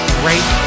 great